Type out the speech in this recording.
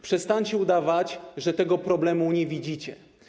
Przestańcie udawać, że tego problemu nie widzicie.